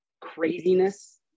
craziness